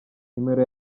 numero